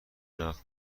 نقد